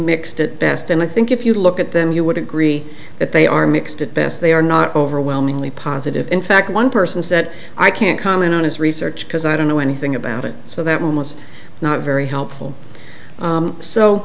mixed at best and i think if you look at them you would agree that they are mixed at best they are not overwhelmingly positive in fact one person said i can't comment on his research because i don't know anything about it so that was not very helpful